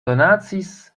donacis